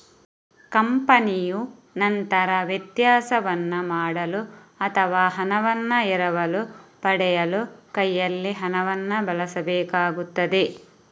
ಕಂಪನಿಯು ನಂತರ ವ್ಯತ್ಯಾಸವನ್ನು ಮಾಡಲು ಅಥವಾ ಹಣವನ್ನು ಎರವಲು ಪಡೆಯಲು ಕೈಯಲ್ಲಿ ಹಣವನ್ನು ಬಳಸಬೇಕಾಗುತ್ತದೆ